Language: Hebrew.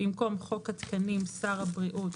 במקום "חוק התקנים" "שר הבריאות"